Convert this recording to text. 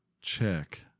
check